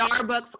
Starbucks